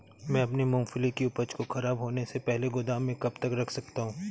मैं अपनी मूँगफली की उपज को ख़राब होने से पहले गोदाम में कब तक रख सकता हूँ?